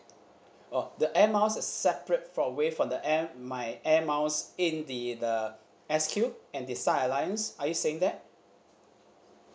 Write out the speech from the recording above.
oh the air miles is separate away from the air my air miles in the the S_Q and the star alliance are you saying that